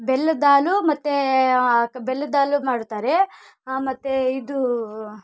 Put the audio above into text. ಬೆಲ್ಲದ ಹಾಲು ಮತ್ತು ಬೆಲ್ಲದ್ದಾಲು ಮಾಡ್ತಾರೆ ಆ ಮತ್ತು ಇದು